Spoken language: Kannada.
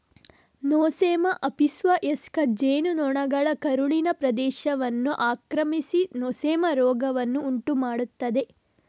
ನೊಸೆಮಾ ಆಪಿಸ್ವಯಸ್ಕ ಜೇನು ನೊಣಗಳ ಕರುಳಿನ ಪ್ರದೇಶವನ್ನು ಆಕ್ರಮಿಸಿ ನೊಸೆಮಾ ರೋಗವನ್ನು ಉಂಟು ಮಾಡ್ತದೆ